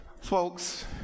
Folks